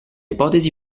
ipotesi